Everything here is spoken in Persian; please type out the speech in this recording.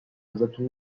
ازتون